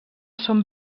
són